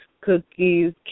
Cookies